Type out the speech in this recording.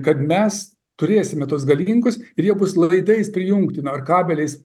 kad mes turėsime tuos galingus ir jie bus laidais prijungti ar kabeliais